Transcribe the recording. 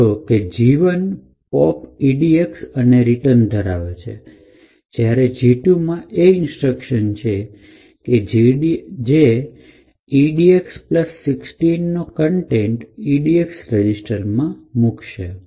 નોંધો કે G ૧ pop edx અને રિટર્ન ધરાવે છે જ્યારે G ૨ માં એ ઇન્સ્ટ્રક્શન છે કે જે edx૧૬ નો કન્ટેન્ટ edx રજીસ્ટરમાં મુકશે